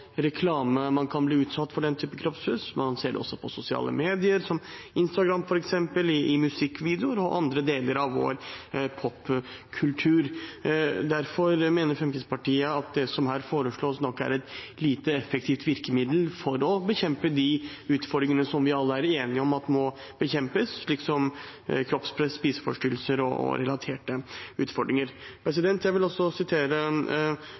sosiale medier, som Instagram f.eks., i musikkvideoer og i andre deler av vår popkultur. Derfor mener Fremskrittspartiet at det som her foreslås, nok er et lite effektivt virkemiddel for å bekjempe de utfordringene som vi alle er enige om må bekjempes, slik som kroppspress, spiseforstyrrelser og relaterte utfordringer. Jeg vil sitere